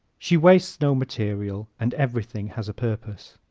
she wastes no material and everything has a purpose.